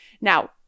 Now